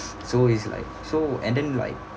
so it's like so and then like